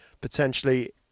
potentially